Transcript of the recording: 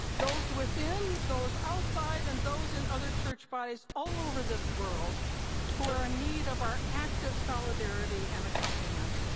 those within, those outside, and those in other church bodies all over this world who are in ah need of our active solidarity and accompaniment,